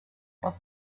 but